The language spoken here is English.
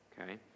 Okay